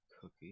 Cookie